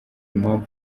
impamvu